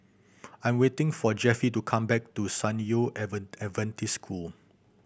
I'm waiting for Jeffie to come back to San Yu Adventist School